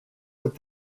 would